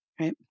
Right